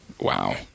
wow